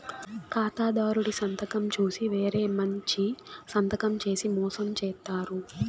ఖాతాదారుడి సంతకం చూసి వేరే మంచి సంతకం చేసి మోసం చేత్తారు